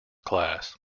class